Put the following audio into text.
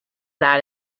that